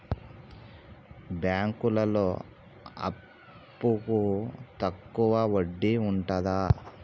బ్యాంకులలో అప్పుకు తక్కువ వడ్డీ ఉంటదా?